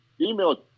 email